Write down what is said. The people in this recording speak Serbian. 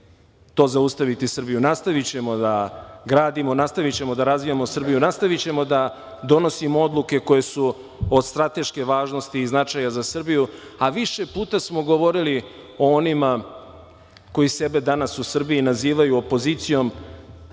to zaustaviti Srbiju. Nastavićemo da gradimo, nastavićemo da razvijamo Srbiju, nastavićemo da donosimo odluke koje su od strateške važnosti i značaja za Srbiju. Više puta smo govorili o onima koji sebe danas u Srbiji nazivaju opozicijom.